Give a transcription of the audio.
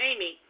Amy